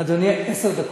עשר דקות.